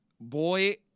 boy